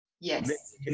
yes